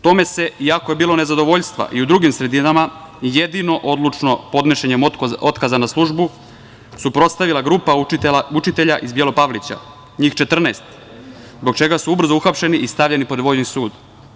Tome se, iako je bilo nezadovoljstva i u drugim sredinama, jedino odlučno podnošenjem otkaza na službu suprotstavila grupa učitelja iz Bijelopavlića, njih 14, zbog čega su ubrzo uhapšeni i stavljeni pod vojni sud.